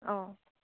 অঁ